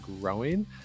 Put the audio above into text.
growing